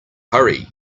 hurry